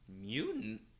Mutant